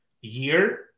year